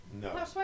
No